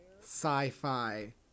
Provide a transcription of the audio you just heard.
sci-fi